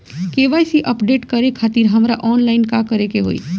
KYC update करे खातिर हमरा ऑनलाइन का करे के होई?